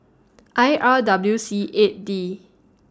I R W C eight D